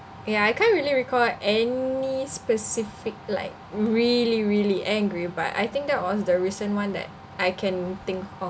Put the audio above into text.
ya I can't really recall any specific like really really angry but I think that was the recent one that I can think of